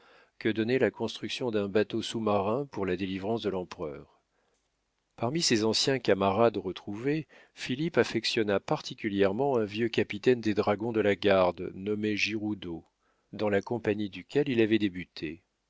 que donnait la construction d'un bateau sous-marin pour la délivrance de l'empereur parmi ses anciens camarades retrouvés philippe affectionna particulièrement un vieux capitaine des dragons de la garde nommé giroudeau dans la compagnie duquel il avait débuté